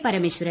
Parameswaran